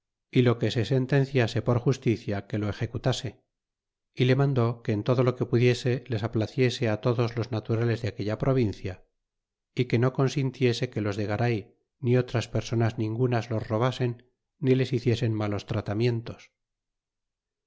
y lo que se sentenciase por justicia que lo executase y le mandó que en todo lo que pudiese les aplaciese á todos los naturales de aquella provincia ñ que no consintiese que los de garay ni otras personas ningunas los robasen ni les hiciesen malos tratamientos